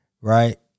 right